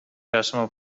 decimal